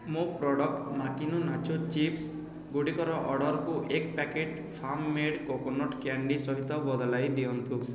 ମୋ product Makino nacho chips ଗୁଡ଼ିକର ଅର୍ଡ଼ର୍କୁ ଏକ packet farm made coconut candy ସହିତ ବଦଳାଇ ଦିଅନ୍ତୁ